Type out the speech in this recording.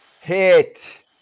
Hit